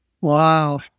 Wow